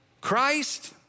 Christ